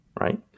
right